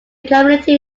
community